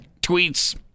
Tweets